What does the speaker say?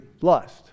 lust